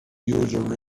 user